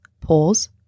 Pause